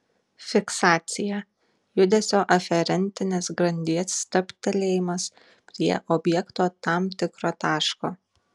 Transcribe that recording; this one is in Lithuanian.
fiksacija judesio aferentinės grandies stabtelėjimas prie objekto tam tikro taško